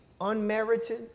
unmerited